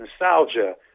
nostalgia